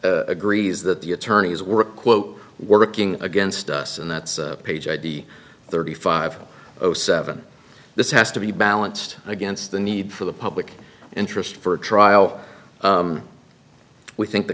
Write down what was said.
agrees that the attorneys were quote working against us and that's page id thirty five zero seven this has to be balanced against the need for the public interest for trial we think the